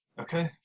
Okay